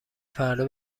فردا